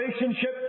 relationship